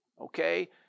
okay